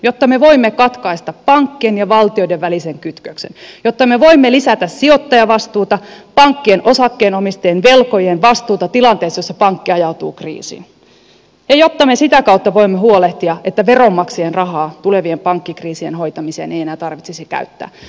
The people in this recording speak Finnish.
jotta me voimme katkaista pankkien ja valtioiden välisen kytköksen jotta me voimme lisätä sijoittajavastuuta pankkien osakkeenomistajien velkojien vastuuta tilanteessa jossa pankki ajautuu kriisiin ja jotta me sitä kautta voimme huolehtia että veronmaksajien rahaa tulevien pankkikriisien hoitamiseen ei enää tarvitsisi käyttää